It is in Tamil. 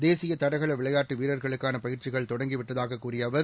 தேசியதடகளவிளையாட்டுவீரர்களுக்கானபயிற்சிகள் தொடங்கிவிட்டதாககூறியஅவர்